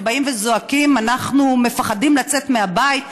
שבאים וזועקים: אנחנו מפחדים לצאת מהבית,